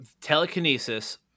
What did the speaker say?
telekinesis